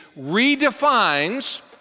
redefines